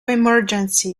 emergency